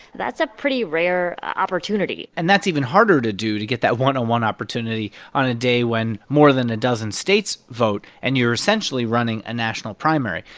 that's a pretty rare opportunity and that's even harder to do to get that one-on-one opportunity on a day when more than a dozen states vote, and you're, essentially, running a national primary.